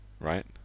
right